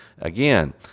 Again